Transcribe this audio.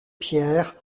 pierres